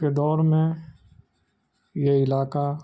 کے دور میں یہ علاقہ